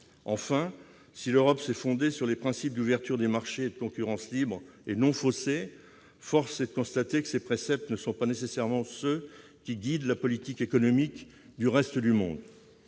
Enfin, si l'Europe s'est fondée sur les principes d'ouverture des marchés et de concurrence libre et non faussée, force est de constater que ces préceptes ne sont pas nécessairement ceux qui guident la politique économique du reste du monde.